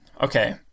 Okay